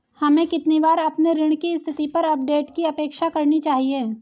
हमें कितनी बार अपने ऋण की स्थिति पर अपडेट की अपेक्षा करनी चाहिए?